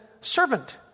servant